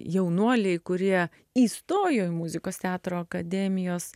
jaunuoliai kurie įstojo į muzikos teatro akademijos